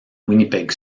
winnipeg